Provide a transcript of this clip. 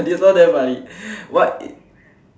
this one damn funny [what]